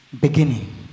beginning